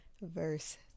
verse